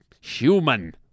human